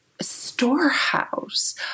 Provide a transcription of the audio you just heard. storehouse